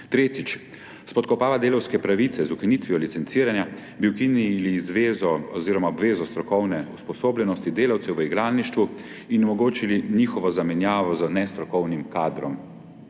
Tretjič, spodkopa delavske pravice. Z ukinitvijo licenciranja bi ukinili obvezo strokovne usposobljenosti delavcev v igralništvu in omogočili njihovo zamenjavo z nestrokovnim kadrom.